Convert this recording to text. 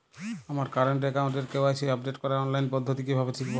আমার কারেন্ট অ্যাকাউন্টের KYC update করার অনলাইন পদ্ধতি কীভাবে শিখব?